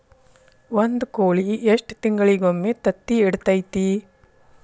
ಒಂದ್ ಕೋಳಿ ಎಷ್ಟ ತಿಂಗಳಿಗೊಮ್ಮೆ ತತ್ತಿ ಇಡತೈತಿ?